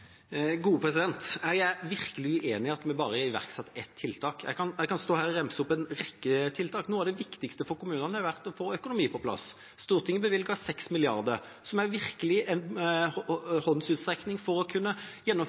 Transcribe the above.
Jeg er virkelig uenig i at vi bare har iverksatt ett tiltak. Jeg kan stå her og ramse opp en rekke tiltak. Noe av det viktigste for kommunene har vært å få økonomien på plass. Stortinget har bevilget 6 mrd. kr., en virkelig håndsrekning for å kunne